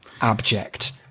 abject